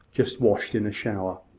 just washed in a shower.